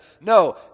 No